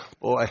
Boy